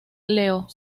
leo